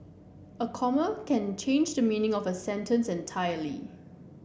a comma can change the meaning of a sentence entirely